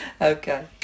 okay